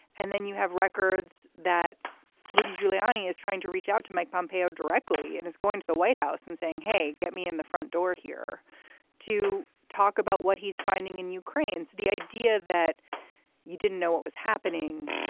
and then you have records that rudy giuliani is trying to reach out to mike pompeo directly and is going to the white house and saying, hey, get me in the front door here to talk about what he's finding in ukraine. so the idea that you didn't know what was happening,